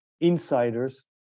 insiders